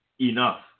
enough